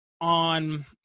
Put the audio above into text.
on